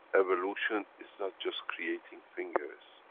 evolution is not just creating fingers.